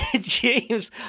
James